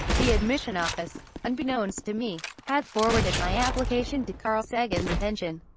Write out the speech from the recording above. the admission office, unbeknownst to me, had forwarded my application to carl sagan's attention.